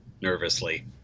nervously